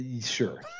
Sure